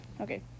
Okay